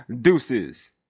deuces